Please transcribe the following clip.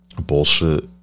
Bullshit